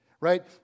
right